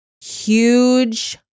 huge